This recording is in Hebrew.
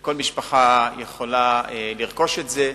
וכל משפחה יכולה לרכוש את זה.